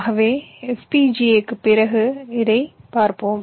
ஆகவே FPGA க்குப் பிறகு இதை பற்றி பார்ப்போம்